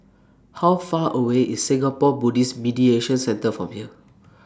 How Far away IS Singapore Buddhist Meditation Centre from here